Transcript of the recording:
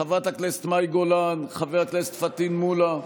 חברת הכנסת מאי גולן, חבר הכנסת פטין מולא,